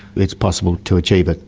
it is possible to achieve it.